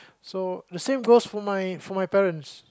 so the same goes for my for my parents